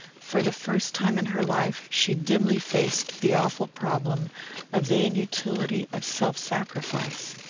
for the first time in her life she dimly faced the awful problem of the inutility of self-sacrifice.